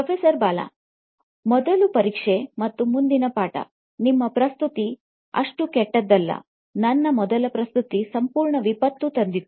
professor Bala ಮೊದಲು ಪರೀಕ್ಷೆ ಮತ್ತು ಮುಂದಿನ ಪಾಠ ನಿಮ್ಮ ಪ್ರಸ್ತುತಿ ಅಷ್ಟು ಕೆಟ್ಟದ್ದಲ್ಲ ನನ್ನ ಮೊದಲ ಪ್ರಸ್ತುತಿ ಸಂಪೂರ್ಣ ವಿಪತ್ತು ತಂದಿತ್ತು